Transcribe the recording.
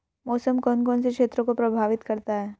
मौसम कौन कौन से क्षेत्रों को प्रभावित करता है?